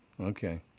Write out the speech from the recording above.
Okay